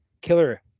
Killer